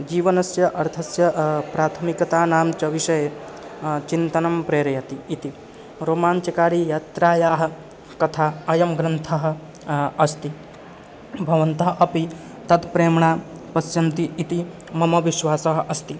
जीवनस्य अर्थस्य प्राथमिकतानां च विषये चिन्तनं प्रेरयति इति रोमाञ्चकारी यात्रायाः कथा अयं ग्रन्थः अस्ति भवन्तः अपि तत् प्रेम्णा पस्यन्ति इति मम विश्वासः अस्ति